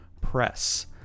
Press